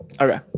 okay